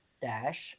dash